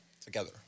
together